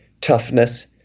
toughness